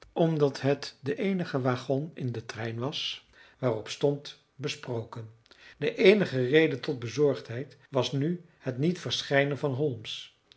omdat het de eenige wagon in den trein was waarop stond besproken de eenige reden tot bezorgdheid was nu het niet verschijnen van